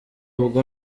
ubwo